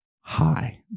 hi